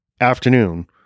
afternoon